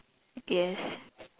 yes